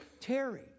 Terry